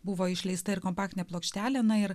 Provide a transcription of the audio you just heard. buvo išleista ir kompaktinė plokštelė na ir